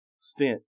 stint